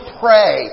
pray